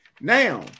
Now